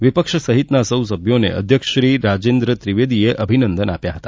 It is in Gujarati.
વિપક્ષ સહિતના સૌ સભ્યોને અધ્યક્ષ શ્રી રાજેન્દ્ર ત્રિવેદીએ અભિનંદન આપ્યા હતા